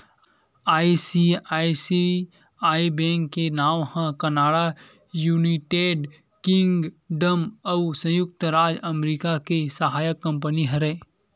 ICICI bank के नांव ह कनाड़ा, युनाइटेड किंगडम अउ संयुक्त राज अमरिका के सहायक कंपनी हरय